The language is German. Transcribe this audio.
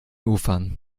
ufern